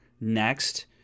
next